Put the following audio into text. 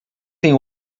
tem